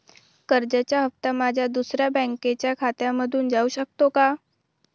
कर्जाचा हप्ता माझ्या दुसऱ्या बँकेच्या खात्यामधून जाऊ शकतो का?